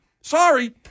Sorry